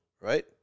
right